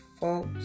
folks